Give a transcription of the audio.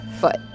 foot